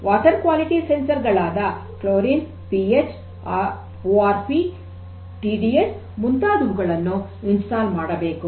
ನೀರಿನ ಗುಣಮಟ್ಟ ಸಂವೇದಕಗಳಾದ chlorine P H O R P T D S ಮುಂತಾದುವುಗಳನ್ನು ಸ್ಥಾಪನೆ ಮಾಡಬೇಕು